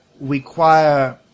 require